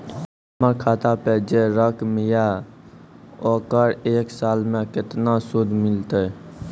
हमर खाता पे जे रकम या ओकर एक साल मे केतना सूद मिलत?